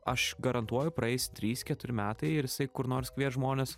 aš garantuoju praeis trys keturi metai ir jisai kur nors kvies žmones